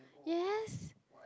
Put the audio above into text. yes